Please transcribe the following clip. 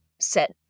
set